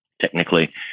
technically